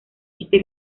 este